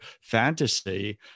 fantasy